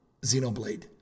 Xenoblade